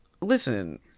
listen